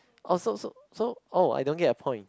oh so so so I don't get your point